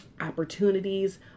opportunities